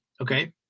Okay